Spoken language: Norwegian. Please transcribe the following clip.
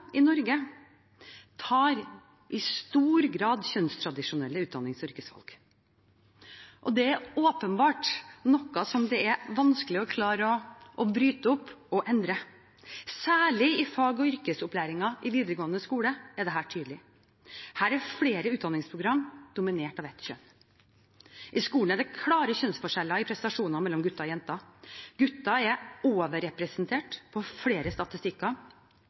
i Norge tar i stor grad kjønnstradisjonelle utdannings- og yrkesvalg. Det er åpenbart noe som er vanskelig å klare å bryte opp og endre. Særlig i fag- og yrkesopplæringen i videregående skole er dette tydelig. Her er flere utdanningsprogram dominert av ett kjønn. I skolen er det klare kjønnsforskjeller i prestasjoner mellom gutter og jenter. Gutter er overrepresentert på flere statistikker,